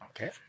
Okay